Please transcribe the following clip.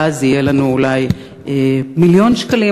ואז יהיו לנו אולי מיליון שקלים,